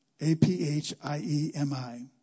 A-P-H-I-E-M-I